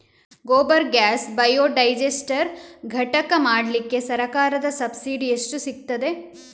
Gobar gas biodigester ಘಟಕ ಮಾಡ್ಲಿಕ್ಕೆ ಸರ್ಕಾರದ ಸಬ್ಸಿಡಿ ಎಷ್ಟು ಸಿಕ್ತಾದೆ?